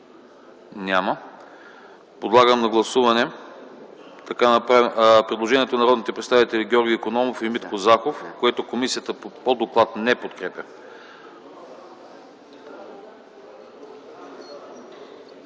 Няма. Подлагам на гласуване предложението на народните представители Георги Икономов и Митко Захов, което комисията по доклад не подкрепя.